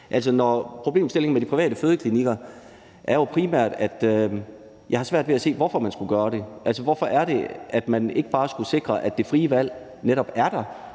Problemstillingen om de private fødeklinikker går for mig primært på, at jeg har svært ved at se, hvorfor man skulle gøre det. Hvorfor skal man ikke bare sikre, at det frie valg netop er der